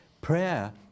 prayer